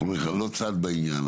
אנחנו לא צד בעניין,